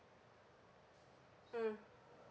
mm